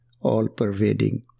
all-pervading